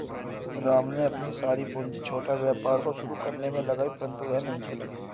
राम ने अपनी सारी पूंजी छोटा व्यापार को शुरू करने मे लगाई परन्तु वह नहीं चला